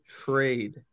trade